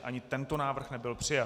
Ani tento návrh nebyl přijat.